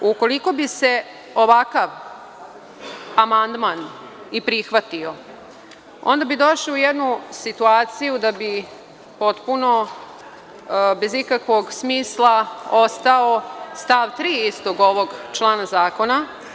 Ukoliko bi se ovakav amandman i prihvatio, onda bi došli u jednu situaciju da bi potpuno bez ikakvog smisla ostao stav 3. istog ovog člana zakona.